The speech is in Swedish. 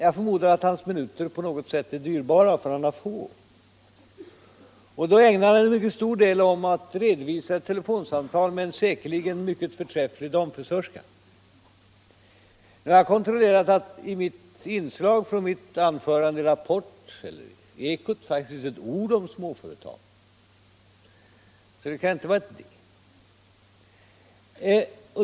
Jag förmodar att hans minuter på något sätt är dyrbara, för han har få — och då ägnar han en mycket stor del av tiden åt att redovisa ett telefonsamtal med en säkerligen mycket förträfflig damfrisörska! Nu har jag kontrollerat att i inslaget med mitt anförande i Rapport och Dagens eko fanns inte ett ord om småföretagarna, så det kan inte vara det.